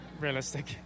realistic